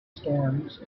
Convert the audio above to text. storms